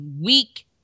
weak